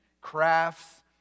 crafts